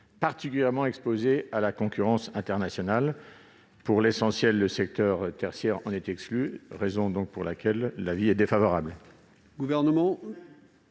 particulièrement exposé à la concurrence internationale. Pour l'essentiel, le secteur tertiaire en est exclu, raison pour laquelle l'avis est défavorable.